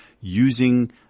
using